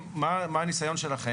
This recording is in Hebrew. מה הניסיון שלכם?